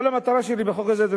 כל המטרה שלי בחוק הזה,